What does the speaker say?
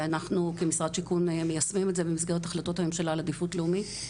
ואנחנו כמשרד שיכון מיישמים את זה במסגרת החלטות הממשלה לעדיפות לאומית,